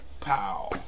Pow